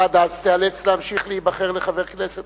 עד אז תיאלץ להמשיך להיבחר לחבר כנסת,